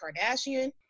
Kardashian